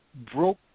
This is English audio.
broke